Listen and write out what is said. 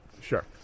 Sure